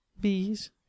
bees